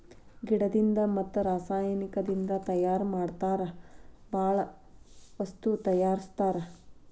ಗಿಡದಿಂದ ಮತ್ತ ರಸಾಯನಿಕದಿಂದ ತಯಾರ ಮಾಡತಾರ ಬಾಳ ವಸ್ತು ತಯಾರಸ್ತಾರ